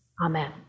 Amen